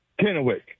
Kennewick